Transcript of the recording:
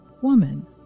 Woman